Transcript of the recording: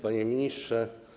Panie Ministrze!